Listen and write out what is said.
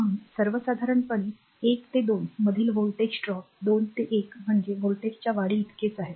म्हणूनच सर्वसाधारणपणे 1 ते 2 मधील व्होल्टेज ड्रॉप 2 ते 1 म्हणजे व्होल्टेजच्या वाढीइतकेच आहे